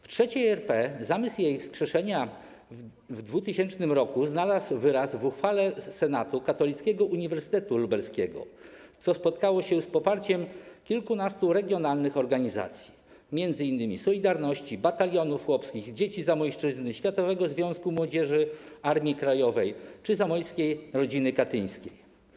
W III RP zamysł jej wskrzeszenia w 2000 r. znalazł wyraz w uchwale senatu Katolickiego Uniwersytetu Lubelskiego, co spotkało się z poparciem kilkunastu regionalnych organizacji, m.in. „Solidarności”, Batalionów Chłopskich, Dzieci Zamojszczyzny, Światowego Związku Żołnierzy Armii Krajowej czy Zamojskiej Rodziny Katyńskiej.